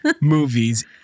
movies